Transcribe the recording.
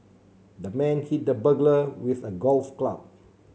the man hit the burglar with a golf club